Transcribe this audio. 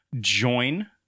join